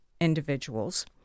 individuals